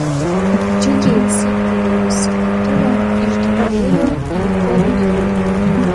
džiugiai cyptelėjusi tetulė išdundėjo į koridorių